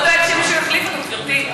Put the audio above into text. הוא גם לא דואג שמישהו יחליף אותו, גברתי.